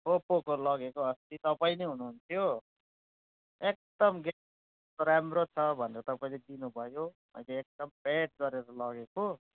ओप्पोको लगेको अस्ति तपाईँ नै हुनुहुन्थ्यो एकदम ग्या राम्रो छ भनेर तपाईँले दिनुभयो मैले एकदम प्याक गरेर लगेको